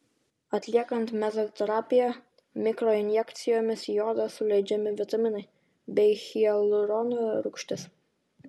atliekant mezoterapiją mikroinjekcijomis į odą suleidžiami vitaminai bei hialurono rūgštis